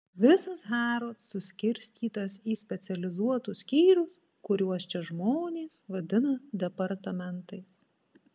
visas harrods suskirstytas į specializuotus skyrius kuriuos čia žmonės vadina departamentais